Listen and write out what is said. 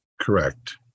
Correct